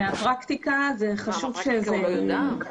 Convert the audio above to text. מהפרקטיקה זה חשוב שכך יהיה.